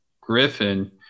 Griffin